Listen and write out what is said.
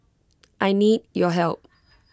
I need your help